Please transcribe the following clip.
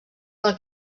del